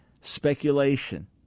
speculation